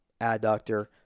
adductor